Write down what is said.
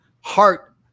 heart